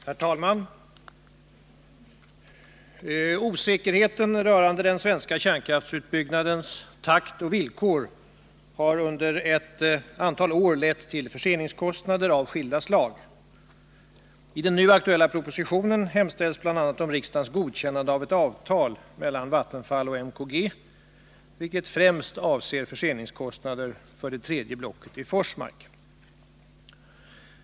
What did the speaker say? Herr talman! Osäkerheten rörande den svenska känkraftsutbyggnadens takt och villkor har under ett antal år lett till förseningskostnader av skilda slag. I den nu aktuella propositionen hemställs bl.a. om riksdagens godkännande av ett avtal mellan Vattenfall och MKG, vilket främst avser förseningskostnader för det tredje blocket i Forsmark.